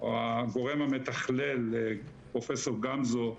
או הגורם המתכלל, פרופ' גמזו,